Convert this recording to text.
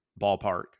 ballpark